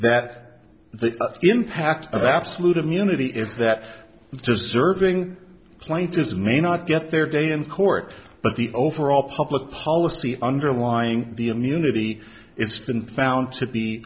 that the impact of absolute immunity is that just serving plaintiffs may not get their day in court but the overall public policy underlying the immunity it's been found to be